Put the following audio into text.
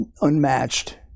unmatched